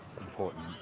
important